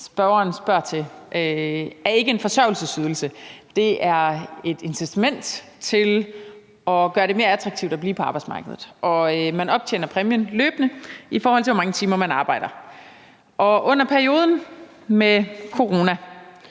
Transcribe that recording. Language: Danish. spørgeren spørger til, er ikke en forsørgelsesydelse; det er et incitament til at gøre det mere attraktivt at blive på arbejdsmarkedet, hvor man optjener præmien løbende, i forhold til hvor mange timer man arbejder. Under perioden med corona